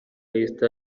lista